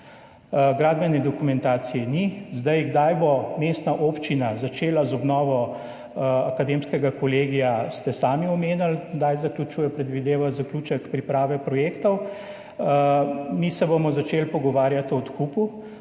Gradbene dokumentacije ni. Kdaj bo mestna občina začela z obnovo Akademskega kolegija, ste sami omenili, kdaj predvidevajo zaključek priprave projektov. Mi se bomo začeli pogovarjati o odkupu.